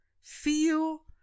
Feel